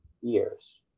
years